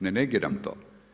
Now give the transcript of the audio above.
Ne negiram to.